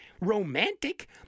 romantic